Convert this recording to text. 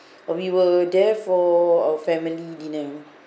we were there for our family dinner